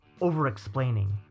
over-explaining